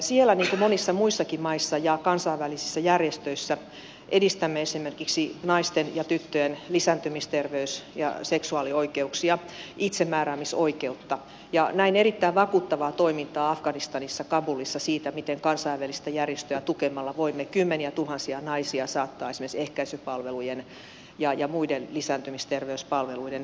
siellä niin kuin monissa muissakin maissa ja kansainvälisissä järjestöissä edistämme esimerkiksi naisten ja tyttöjen lisääntymisterveys ja seksuaalioikeuksia itsemääräämisoikeutta ja näin erittäin vakuuttavaa toimintaa afganistanissa kabulissa siitä miten kansainvälistä järjestöä tukemalla voimme kymmeniätuhansia naisia saattaa esimerkiksi ehkäisypalvelujen ja muiden lisääntymisterveyspalveluiden pariin